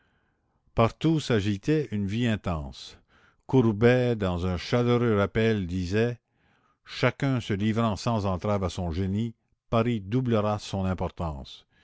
partout s'agitait une vie intense courbet dans un chaleureux appel disait chacun se livrant sans entraves à son génie paris doublera son importance